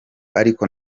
ariko